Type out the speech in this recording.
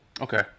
Okay